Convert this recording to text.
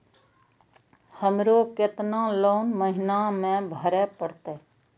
हमरो केतना लोन महीना में भरे परतें?